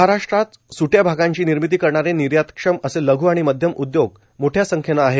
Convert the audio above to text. महाराष्ट्रात स्हया भागांचे निर्मिती करणारे निर्यातक्षम असे लघ् आणि मध्यम उदयोग मोठ्या संख्येने आहेत